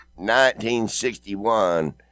1961